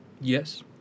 Yes